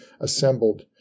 assembled